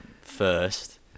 first